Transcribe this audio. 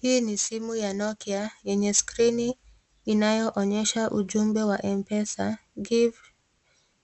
Hii ni simu ya Nokia yenye screen inayoonyesha ujumbe wa M-PESA give